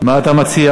מה אתה מציע,